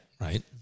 Right